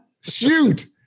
shoot